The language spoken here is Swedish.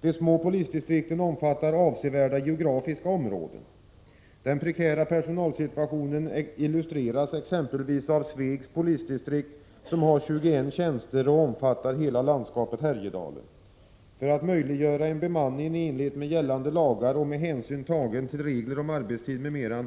De små polisdistrikten omfattar avsevärda geografiska områden. Som exempel på den prekära personalsituationen kan nämnas Svegs polisdistrikt, som har 21 polistjänster och omfattar hela landskapet Härjedalen. För att möjliggöra en bemanning i enlighet med gällande lagar och med hänsyn tagen till regler om arbetstid m.m.,